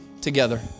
together